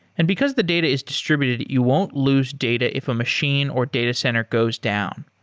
and because the data is distributed, you won't lose data if a machine or data center goes down.